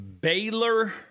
Baylor